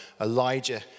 Elijah